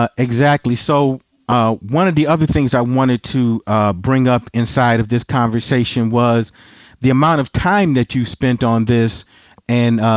ah exactly. so ah one of the other things i wanted to bring up inside of this conversation was the amount of time that you spent on this and